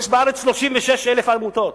יש בארץ 36,000 עמותות.